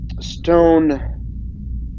stone